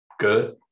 Good